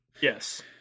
Yes